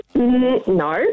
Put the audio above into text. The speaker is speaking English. No